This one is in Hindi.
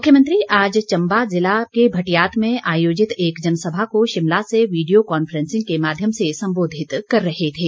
मुख्यमंत्री आज चंबा ज़िला के भटियात में आयोजित एक जनसभा को शिमला से वीडिया कॉन्फ्रेंसिंग के माध्यम से संबोधित कर रहे थे